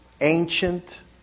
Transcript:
ancient